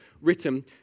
written